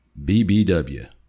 BBW